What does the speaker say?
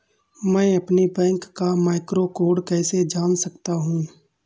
मैं अपने बैंक का मैक्रो कोड कैसे जान सकता हूँ?